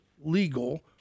legal